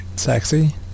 sexy